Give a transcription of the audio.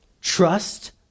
Trust